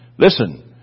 Listen